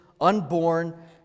unborn